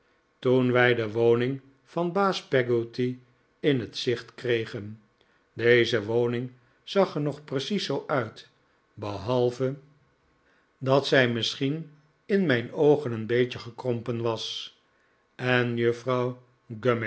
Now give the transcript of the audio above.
toen wij de woning van baas peggotty in het zicht kregen deze woning zag er nog precies zoo uit behalve dat zij misschien in mijn oogen een beetje gekrompen was en juffrouw